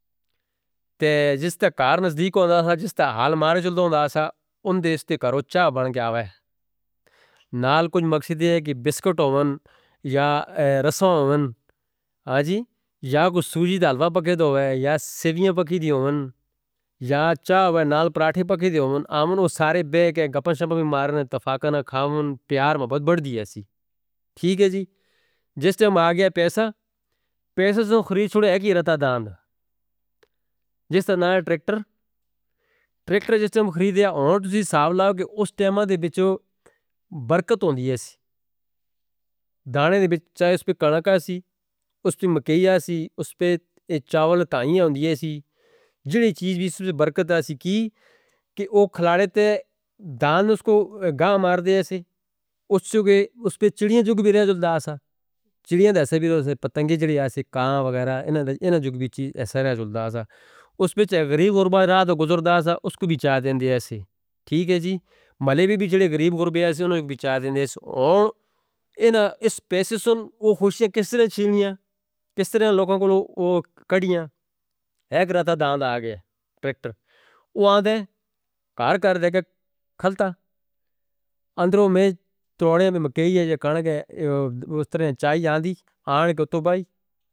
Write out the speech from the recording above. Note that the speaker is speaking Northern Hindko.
تے جس تے کار نزدیک ہوندا سا جس تے حال مارے چڑھا ہوندا سا ان دے تے کروچہ بند گیاوے۔ نال کچھ مقصد یہ ہے کہ بسکٹ آون رسہ آون کوئی سو جی دا حلوہ پکے دووے سیویاں پکی دی آون چائے آوے نال پراٹھے پکی دی آون۔ عامہ نو سارے بیکیں گپاں شپاں بھی مارنے ہیں تفاقہ نہ کھاموں پیار محبت بڑھ دی ہے سی۔ ٹھیک ہے جی جس تے ہم آ گیا پیسہ پیسے سن خرید چڑھے ہے کی رتا دان ہے۔ جس تے نال ٹریکٹر ٹریکٹر جس تے ہم خریدیا آنگٹ سی ساب لاؤ کہ اس ٹیمہ دے بچو برکت ہوندی ہے سی۔ دانے دے بچو چاہے اس پہ کڑکا سی اس پہ مکئی آ سی اس پہ چاول تاں ہی آندی ہے سی۔ جڑی چیز بھی اس پہ برکت ہے سی کی کہ او کھلارے تے دان اس کو گاں مار دے ہیں سی۔ اس سے اوگے اس پہ چڑھیاں جڑیاں جڑیاں جڑیاں داسا۔ چڑھیاں دے ایسے بھی دے تھے پتنگیں جڑیاں ایسے کاؤں وغیرہ اینا جڑیاں دے ایسے۔ اس پہ چھے غریب غربہ راہ تو گزر دا تھا اس کو بھی چائے دے دے ہیں سی۔ ٹھیک ہے جی ملے بھی بھی جڑے غریب غربہ ہے سی انہوں نے بھی چائے دے دے ہیں۔ اینا اس پیسے سن او خوشیاں کس طرح چھینیاں کس طرح لوگاں کو کڑیاں۔ ہے کراتا داند آ گیا ٹریکٹر۔ وہ آندے کار کار دے کے خلطہ اندر وہ میں تڑوڑیاں میں مکئی ہے یا کانگ ہے اس طرح چائے جاندی۔ آندے کہ اتو ب